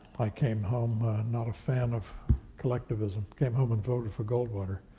i came home not a fan of collectivism. came home and voted for goldwater.